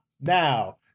now